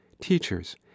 teachers